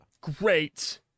great